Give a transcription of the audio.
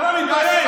יא שקרן.